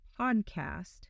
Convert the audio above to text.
podcast